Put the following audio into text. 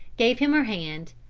gave him her hand,